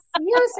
yes